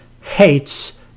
hates